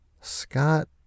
scott